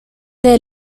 their